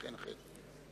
תודה רבה, חן-חן.